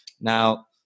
Now